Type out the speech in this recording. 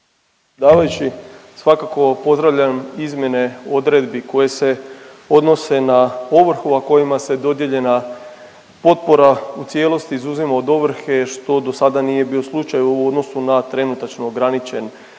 svakako pozdravljam izmjene odredbi koje se odnose na ovrhu, a kojima se dodijeljena potpora u cijelosti izuzima od ovrhe, što do sada nije bio slučaj u odnosu na trenutačno ograničen